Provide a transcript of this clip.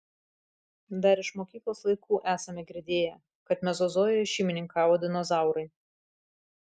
dar iš mokyklos laikų esame girdėję kad mezozojuje šeimininkavo dinozaurai